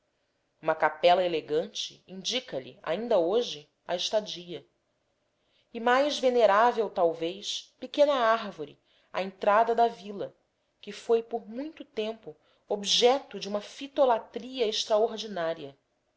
uma capela elegante indica lhe ainda hoje a estadia e mais venerável talvez pequena árvore à entrada da vila que foi muito tempo objeto de uma fitolatria extraordinária